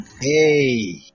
Hey